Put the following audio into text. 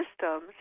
systems